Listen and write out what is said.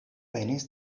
venis